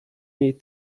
niej